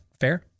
Fair